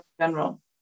general